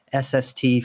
SST